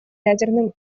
ядерным